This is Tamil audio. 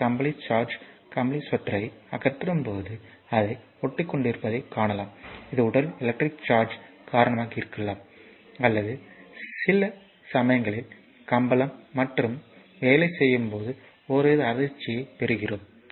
மற்ற கம்பளி சார்ஜ் கம்பளி ஸ்வெட்டரை அகற்றும்போது அது ஒட்டிக்கொண்டிருப்பதைக் காணலாம் இது உடல் எலக்ட்ரிக் சார்ஜ் காரணமாக இருக்கலாம் அல்லது சில சமயங்களில் கம்பளம் மட்டுமே வேலை செய்யும் போது ஒருவித அதிர்ச்சியைப் பெறுகிறோம்